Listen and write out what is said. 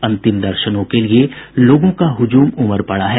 अंतिम दर्शनों के लिए लोगों का हुजूम उमड़ पड़ा है